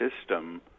system